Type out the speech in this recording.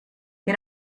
che